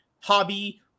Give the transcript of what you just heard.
hobby